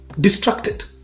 distracted